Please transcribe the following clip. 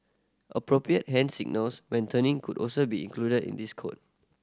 appropriate hand signals when turning could also be included in this code